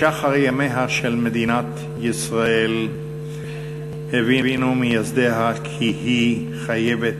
משחר ימיה של מדינת ישראל הבינו מייסדיה כי היא חייבת